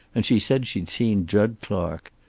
and she said she'd seen jud clark.